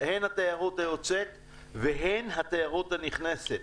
- הן התיירות היוצאת והן זו הנכנסת.